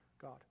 God